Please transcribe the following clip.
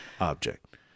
object